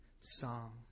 song